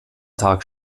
tag